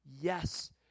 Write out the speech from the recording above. Yes